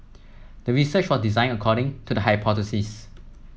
the research was designed according to the hypothesis